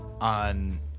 on